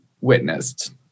witnessed